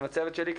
הצוות שלי,